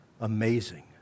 amazing